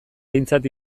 behintzat